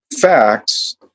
facts